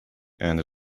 and